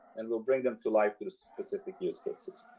and we'll bring them to life to specific use cases.